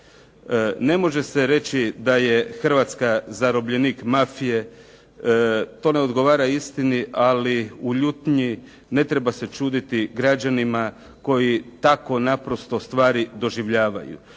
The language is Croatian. Ne može se reći da je Hrvatska zarobljenik mafije. To ne odgovara istini, ali u ljutni ne treba se čuditi građanima koji tako naprosto stvari doživljavaju.